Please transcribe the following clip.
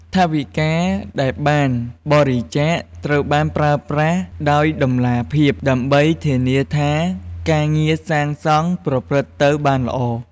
ថវិកាដែលបានបរិច្ចាគ ត្រូវបានប្រើប្រាស់ដោយតម្លាភាពដើម្បីធានាថាការងារសាងសង់ប្រព្រឹត្តទៅបានល្អ។